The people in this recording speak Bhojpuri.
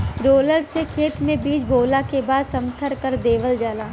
रोलर से खेत में बीज बोवला के बाद समथर कर देवल जाला